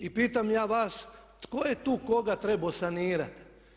I pitam ja vas tko je tu koga trebao sanirati?